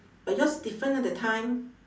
but yours different ah that time